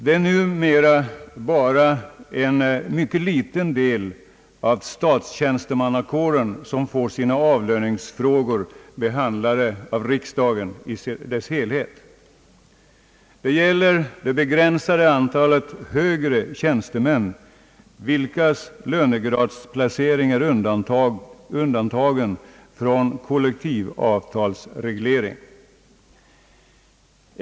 Det är numera bara en mycket liten del av statstjänstemannakåren som får sina avlöningsfrågor behandlade av riksdagen i dess helhet. Det gäller det begränsade antalet högre tjänstemän, vilkas lönegradsplacering är undantagen från kollektivavtalsreglering.